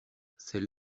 celle